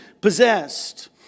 possessed